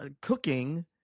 cooking